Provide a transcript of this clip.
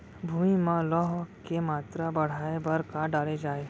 भूमि मा लौह के मात्रा बढ़ाये बर का डाले जाये?